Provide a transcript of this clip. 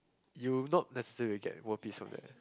you not necessary get world peace from that eh